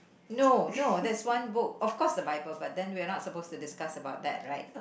no no that's one book of course the bible but then we are not suppose to discuss about that right